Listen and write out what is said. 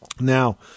Now